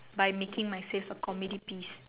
by making myself a comedy piece